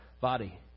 body